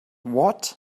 what